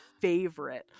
favorite